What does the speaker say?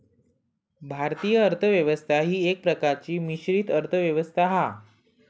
भारतीय अर्थ व्यवस्था ही एका प्रकारची मिश्रित अर्थ व्यवस्था हा